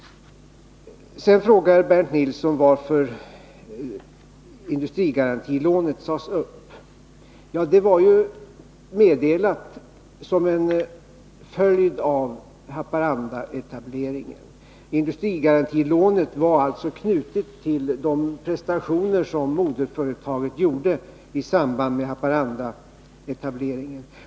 Bernt Nilsson frågar varför industrigarantilånet sades upp. Lånet hade meddelats som en följd av Haparandaetableringen. Industrigarantilånet var alltså knutet till de prestationer som moderföretaget gjorde i samband med Haparandaetableringen.